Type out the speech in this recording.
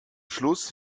schluss